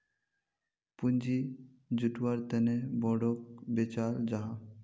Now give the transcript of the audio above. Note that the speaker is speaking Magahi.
पूँजी जुत्वार तने बोंडोक बेचाल जाहा